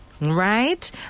right